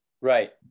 right